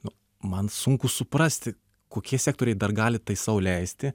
nu man sunku suprasti kokie sektoriai dar gali tai sau leisti